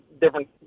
different